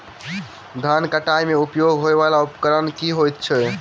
धान कटाई मे उपयोग होयवला उपकरण केँ होइत अछि?